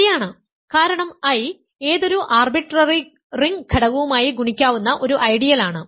ശരിയാണ് കാരണം I ഏതൊരു ആർബിട്രറി റിംഗ് ഘടകവുമായി ഗുണിക്കാവുന്ന ഒരു ഐഡിയൽ ആണ്